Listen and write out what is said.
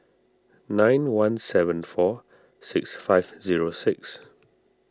nine one seven four six five zero six